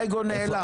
האגו נעלם.